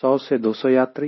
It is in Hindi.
100 200 यात्री